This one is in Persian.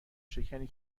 شکنی